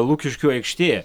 lukiškių aikštė